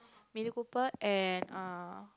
mini copper and err